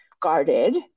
guarded